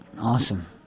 awesome